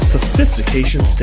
Sophistication